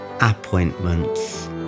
appointments